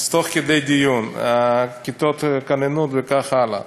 תוך כדי דיון, כיתות כוננות וכך הלאה.